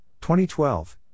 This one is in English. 2012